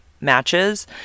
matches